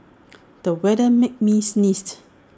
the weather made me sneeze